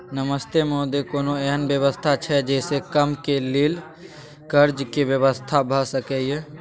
नमस्ते महोदय, कोनो एहन व्यवस्था छै जे से कम के लेल कर्ज के व्यवस्था भ सके ये?